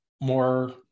more